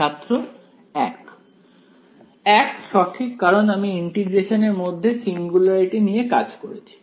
ছাত্র 1 1 সঠিক কারণ আমি ইন্টিগ্রেশন এর মধ্যে সিঙ্গুলারিটি নিয়ে কাজ করেছি